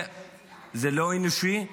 זה לא אנושי?